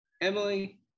Emily